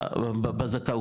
בזכאות,